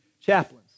chaplains